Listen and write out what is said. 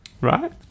Right